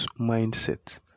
mindset